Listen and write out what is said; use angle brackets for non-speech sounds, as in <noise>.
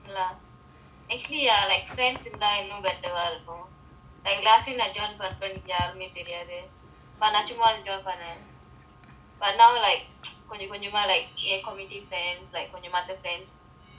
actually I ah like friends இருந்தா இன்னும்:irunthaa innum better ah இருக்கும்:irukkum like last year I join பண்ணுனப்ப எனக்கு யாரையுமே தெரியாது நான் சும்மா:pannunapa enakku yaaraiyumae theriyaathu naan summa enjoy பண்ணுவேன்:pannuvaen but now like <noise> கொஞ்ச கொஞ்சமா:konja konjamaa committee friends like கொஞ்சமாதான்:konjamaathaan friends நான் பண்ணுன நல்ல விஷயம்:naan pannuna nalla vishayam I join dance